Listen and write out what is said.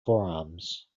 forearms